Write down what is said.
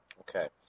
Okay